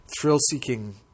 thrill-seeking